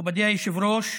מכובדי היושב-ראש,